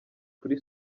kuri